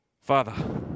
Father